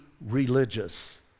religious